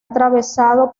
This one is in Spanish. atravesado